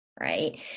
Right